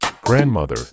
grandmother